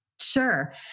Sure